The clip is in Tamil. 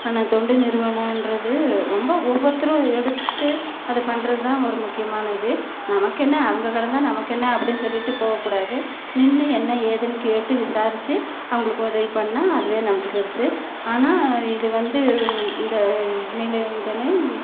ஆனால் தொண்டு நிறுவனோன்றது ரொம்ப ஒவ்வொருத்தரும் எடுத்து அதை பண்ணுறது தான் ஒரு முக்கியமான இது நமக்கென்ன அவங்க கிடந்தா நமக்கென்ன அப்படின்னு சொல்லிவிட்டு போவக்கூடாது நின்று என்ன ஏதுன்னு கேட்டு விசாரிச்சு அவங்களுக்கு உதவி பண்ணா அதுவே நமக்கு பெருசு ஆனால் இது வந்து இந்த நிலை இதனை